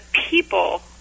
people